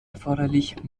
erforderlich